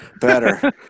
better